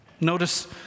Notice